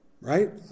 Right